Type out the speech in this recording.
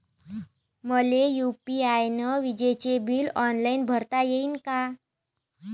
मले यू.पी.आय न विजेचे बिल ऑनलाईन भरता येईन का?